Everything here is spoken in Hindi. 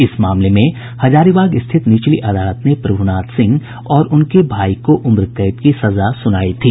इस मामले में हजारीबाग स्थित निचली अदालत ने प्रभुनाथ सिंह और उनके भाई को उम्रकैद की सजा सुनाई थी